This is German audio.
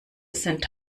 sind